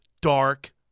dark